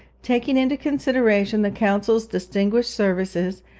taking into consideration the consul's distinguished services,